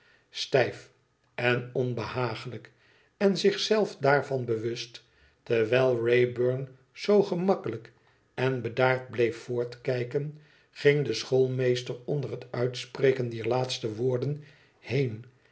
stijf en onbehaaglijk en zich zelf daarvan bewust terwijl wraybum zoo gemakkelijk en bedaard bleef